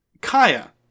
Kaya